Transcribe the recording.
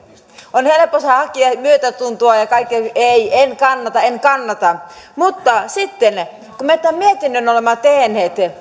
on helppo hakea myötätuntoa ja sanoa kaikkeen ei en kannata en kannata mutta sitten kun me tämän mietinnön olemme tehneet